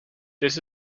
this